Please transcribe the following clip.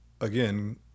again